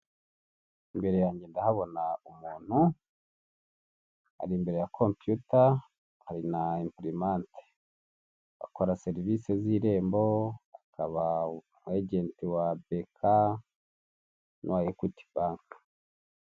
Imbere yange ndahabona umuntu ari imbere ya kompiyuta, hari na empurimante, akora serivise z'irembo akaba umwejenti wa beka n'uwa ekwiti banke.